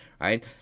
Right